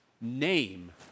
name